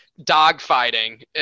dogfighting